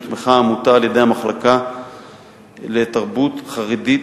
נתמכה העמותה על-ידי המחלקה לתרבות חרדית